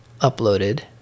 uploaded